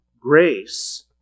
Grace